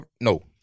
no